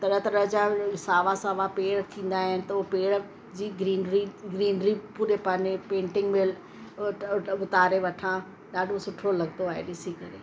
तरह तरह जा सावा पेड़ थींदा आहिनि त उहो पेड़ जी ग्रीनिरी ग्रीनिरी पूरे पंहिंजे पेंटिंग में उतारे वठां ॾढो सुठो लॻंदो आहे ॾिसी करे